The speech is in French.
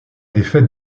défaite